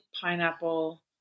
pineapple